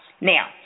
Now